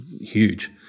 huge